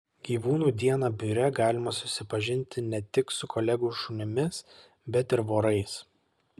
gyvūnų dieną biure galima susipažinti ne tik su kolegų šunimis bet ir vorais